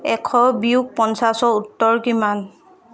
এশ বিয়োগ পঞ্চাছৰ উত্তৰ কিমান